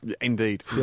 Indeed